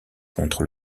contre